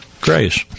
grace